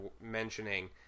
mentioning